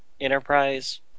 Enterprise